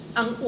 ang